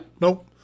Nope